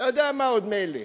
אתה יודע מה, עוד מילא.